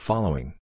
Following